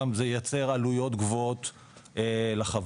זה גם ייצר עלויות גבוהות לחברות.